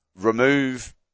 remove